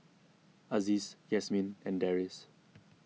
Aziz Yasmin and Deris